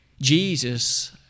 Jesus